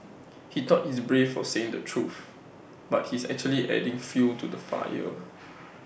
he thought he's brave for saying the truth but he's actually adding fuel to the fire